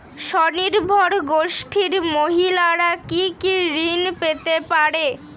স্বনির্ভর গোষ্ঠীর মহিলারা কি কি ঋণ পেতে পারে?